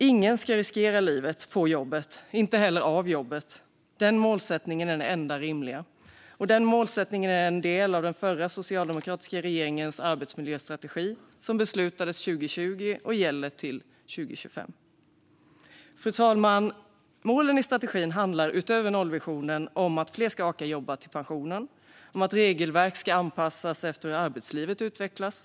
Ingen ska behöva riskera livet på jobbet, inte heller av jobbet. Denna målsättning är det enda rimliga, och den är en del av den förra socialdemokratiska regeringens arbetsmiljöstrategi som beslutades 2020 och gäller till 2025. Fru talman! Målen i strategin handlar utöver nollvisionen bland annat om att fler ska orka jobba till pensionen och att regelverk ska anpassas efter hur arbetslivet utvecklas.